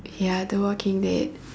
ya the walking dead